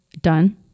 Done